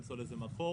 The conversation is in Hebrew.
למצוא לזה מקור.